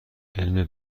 علم